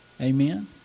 Amen